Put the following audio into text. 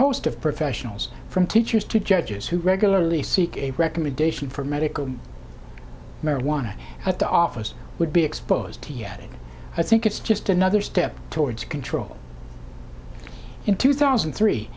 host of professionals from teachers to judges who regularly seek a recommendation for medical marijuana at the office would be exposed to yet i think it's just another step towards control in two thousand and three